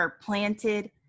planted